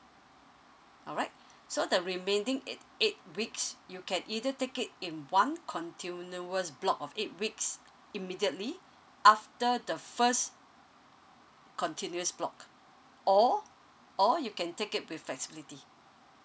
alright so the remaining eight eight weeks you can either take it in one continuous block of eight weeks immediately after the first continuous block or or you can take it with flexibility